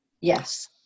Yes